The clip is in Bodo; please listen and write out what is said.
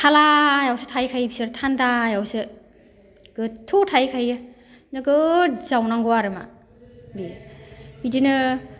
थालायावसो थाहैखायो बिसोर थानदायावसो गोदथौआव थाहैखायो नोगोद जावनांगौ आरोमा बियो बिदिनो